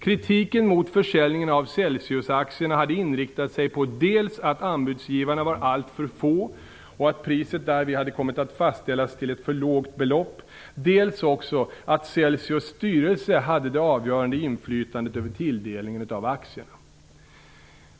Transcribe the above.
Kritiken mot försäljningen av Celsiusaktierna hade inriktat sig på dels att anbudsgivarna var alltför få och att priset därför hade kommit att fastställas till ett för lågt belopp dels att Celsius styrelse hade det avgörande inflytandet över tilldelningen av aktier.